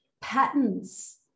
Patterns